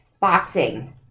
Boxing